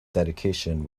dedication